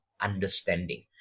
understanding